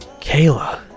Kayla